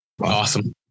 Awesome